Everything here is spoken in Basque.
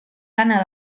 lana